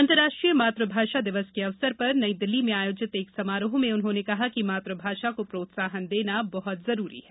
अंतर्राष्ट्रीय मातृभाषा दिवस के अवसर पर नई दिल्ली में आयोजित एक समारोह में उन्होंने कहा कि मातृभाषा को प्रोत्साहन देना बहुत जरूरी है